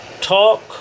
Talk